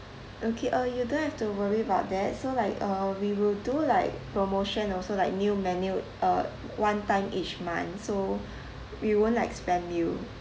okay uh you don't have to worry about that so like uh we will do like promotion also like new menu uh one time each month so we won't like spam you